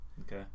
Okay